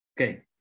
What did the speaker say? Okay